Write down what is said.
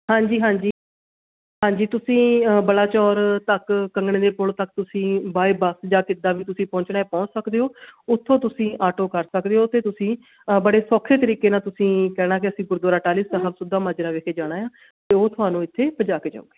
ਹਾਂਜੀ ਹਾਂਜੀ ਹਾਂਜੀ ਤੁਸੀਂ ਬਲਾਚੌਰ ਤੱਕ ਕੰਗਣੇ ਦੇ ਪੁੱਲ ਤੱਕ ਤੁਸੀਂ ਬਾਏ ਬੱਸ ਜਾਂ ਕਿੱਦਾਂ ਵੀ ਤੁਸੀਂ ਪਹੁੰਚਣਾ ਪਹੁੰਚ ਸਕਦੇ ਹੋ ਉੱਥੋਂ ਤੁਸੀਂ ਆਟੋ ਕਰ ਸਕਦੇ ਹੋ ਅਤੇ ਤੁਸੀਂ ਬੜੇ ਸੌਖੇ ਤਰੀਕੇ ਨਾਲ ਤੁਸੀਂ ਕਹਿਣਾ ਕਿ ਅਸੀਂ ਗੁਰਦੁਆਰਾ ਟਾਹਲੀ ਸਾਹਿਬ ਸੁੱਧਾ ਮਾਜਰਾ ਵਿਖੇ ਜਾਣਾ ਆ ਅਤੇ ਉਹ ਤੁਹਾਨੂੰ ਇੱਥੇ ਪੁਜਾ ਕੇ ਜਾਉਗੇ